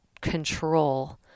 control